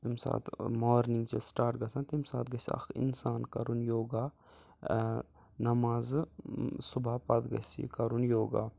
ییٚمہِ ساتہٕ مارنِنٛگ چھِ سِٹاٹ گَژھان تمہِ ساتہٕ گژھِ اَکھ اِنسان کَرُن یوگا نٮ۪مازٕ صُبح پَتہٕ گَژھِ یہِ کَرُن یوگا